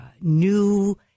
new